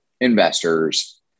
investors